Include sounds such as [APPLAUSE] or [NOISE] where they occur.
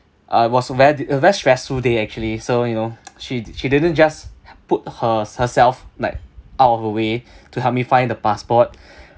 I was very uh very stressful day actually so you know [NOISE] she she didn't just put her herself like out of a way to help me find the passport [BREATH]